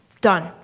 Done